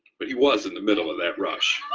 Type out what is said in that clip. but he was in the middle of that rush.